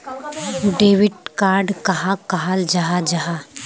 Debit card कहाक कहाल जाहा जाहा?